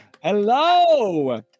Hello